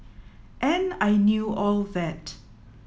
and I knew all that